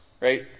right